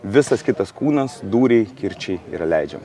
visas kitas kūnas dūriai kirčiai yra leidžiama